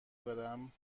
برم